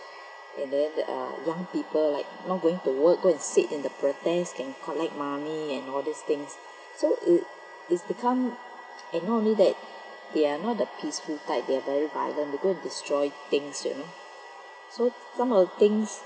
and then there are young people like not going to work go and sit in the protests can collect money and all these things so it it's become and not only that they are not the peaceful type they're very violent they go and destroy things you know so some of the things